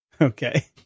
Okay